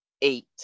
eight